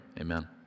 amen